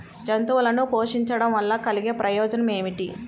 జంతువులను పోషించడం వల్ల కలిగే ప్రయోజనం ఏమిటీ?